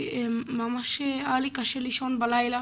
ממש היה לי קשה לישון בלילה,